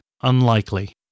unlikely